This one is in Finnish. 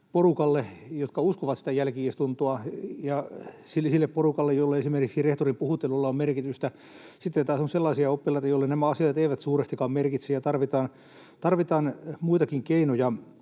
porukkaa, joka uskoo sitä jälki-istuntoa, ja sitä porukkaa, jolle esimerkiksi rehtorin puhuttelulla on merkitystä. Sitten taas on sellaisia oppilaita, joille nämä asiat eivät suurestikaan merkitse, ja tarvitaan muitakin keinoja.